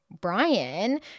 Brian